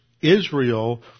Israel